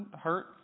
hurt